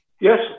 Yes